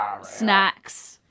snacks